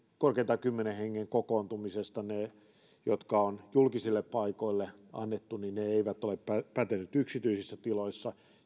korkeintaan kymmenen hengen kokoontumisesta ne jotka on julkisille paikoille annettu niin ne eivät ole päteneet yksityisissä tiloissa